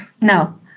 No